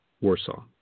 Warsaw